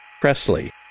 presley